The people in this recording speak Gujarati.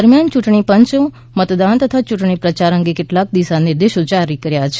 દરમિયાન ચૂંટણી પંચો મતદાન તથા યૂંટણી પ્રચાર અંગે કેટલાંક દિશાનિર્દેશો જાહેર કર્યા છે